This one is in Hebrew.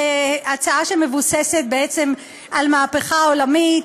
הצעה שמבוססת בעצם על מהפכה עולמית,